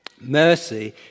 Mercy